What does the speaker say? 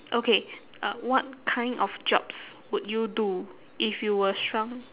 okay uh what kind of jobs would you do if you were shrunk